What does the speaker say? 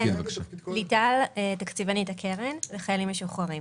ליטל, תקציבנית הקרן לחיילים משוחררים.